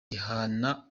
ihana